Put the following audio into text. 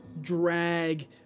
drag